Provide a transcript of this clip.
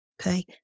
Okay